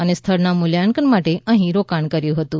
અને સ્થળના મૂલ્યાંકન માટે અહી રોકાણ કર્યું હતું